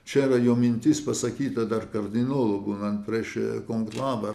čia yra jo mintis pasakyta dar kardinolu būnant prieš konklavą